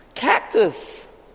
Cactus